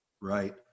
Right